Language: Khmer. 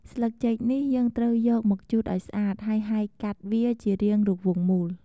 ស្លឹកចេក នេះយើងត្រូវយកមកជូតឱ្យស្អាត ហើយហែកកាត់វាជារាងរង្វង់មូល។